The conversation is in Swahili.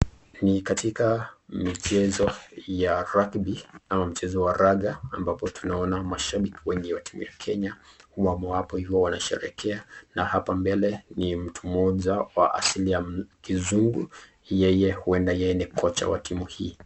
Ni katika mchezo ya rugby ama mchezo wa raga ambapo tunaona mashabiki wengi wa timu ya Kenya wamo hapo hivo wanasherehekea na hapa mbele ni mtu moja wa asili ya kizungu, yeye huenda yeye ni kocha wa timu hii.